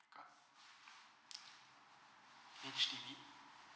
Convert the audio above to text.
H_D_B